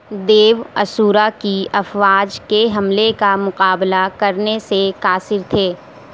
دیو اسورا کی افواج کے حملے کا مقابلہ کرنے سے قاصر تھے